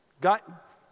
got